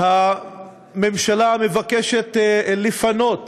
שהממשלה מבקשת לפנות